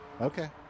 Okay